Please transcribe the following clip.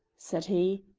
said he.